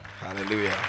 hallelujah